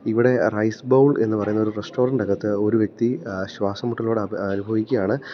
ഇവിടെ rice bowl എന്ന് പറയുന്ന ഒരു റെസ്റ്റോറൻറ്റകത്ത് ഒരു വ്യക്തി ശ്വാസം മുട്ടലിവ്ടെ അനുഭവിക്കുകയാണ്